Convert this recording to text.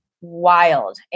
wild